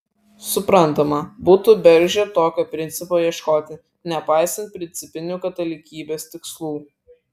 suprantama būtų bergždžia tokio principo ieškoti nepaisant principinių katalikybės tikslų